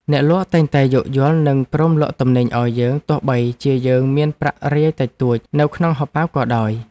អ្នកលក់តែងតែយោគយល់និងព្រមលក់ទំនិញឱ្យយើងទោះបីជាយើងមានប្រាក់រាយតិចតួចនៅក្នុងហោប៉ៅក៏ដោយ។